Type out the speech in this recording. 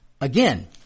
again –